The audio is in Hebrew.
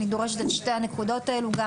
אני דורשת את שתי הנקודות האלו גם